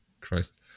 christ